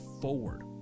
forward